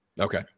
Okay